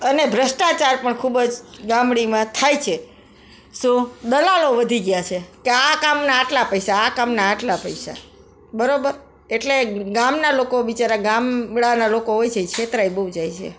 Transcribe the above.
અને ભ્રષ્ટાચાર પણ ખૂબ જ ગામડીમાં થાય છે શું દલાલો વધી ગયા છે કે આ કામના આટલા પૈસા આ કામના આટલા પૈસા બરાબર એટલે ગામના લોકો બીચારા ગામડાના લોકો હોય છે એ છેતરાઈ બહુ જાય છે